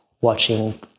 watching